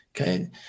okay